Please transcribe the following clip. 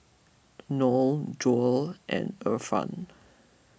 Noah Zul and Irfan